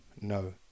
no